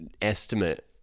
Estimate